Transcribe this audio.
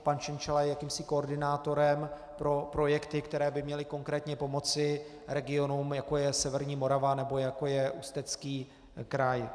Pan Cieńciała je jakýmsi koordinátorem pro projekty, které by měly konkrétně pomoci regionům, jako je severní Morava nebo jako je Ústecký kraj.